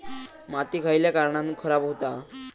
माती खयल्या कारणान खराब हुता?